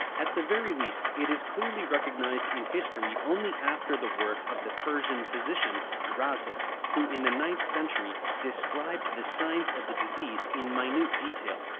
at the very least, it is clearly recognized in history only after the work of the persian physician rhazes, who in the ninth century described the signs of the disease in minute detail,